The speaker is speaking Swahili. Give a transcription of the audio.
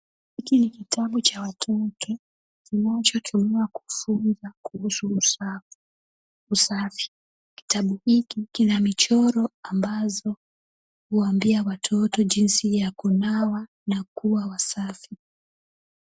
Hiki ni kitabu cha watoto kinachotumika kufunza kuhusu usafi. Kitabu hiki kina michoro ambayo huambia watoto jinsi ya kunawa na kuwa wasafi.